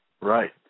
Right